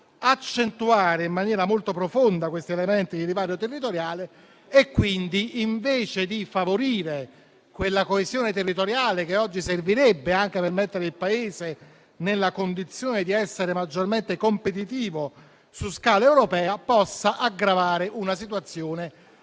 accentuare in maniera molto profonda questi elementi di divario territoriale. E quindi, invece di favorire quella coesione territoriale che oggi servirebbe per mettere il Paese nella condizione di essere maggiormente competitivo su scala europea, temiamo possa aggravare una situazione